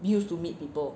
use to meet people